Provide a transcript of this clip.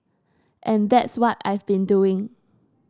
and that's what I've been doing